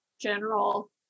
general